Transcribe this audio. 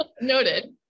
Noted